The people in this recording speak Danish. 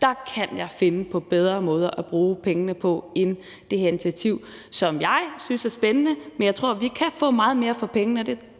Der kan jeg finde på bedre måder at bruge pengene på end det her initiativ, som jeg synes er spændende, men hvor jeg tror, vi kan få meget mere for pengene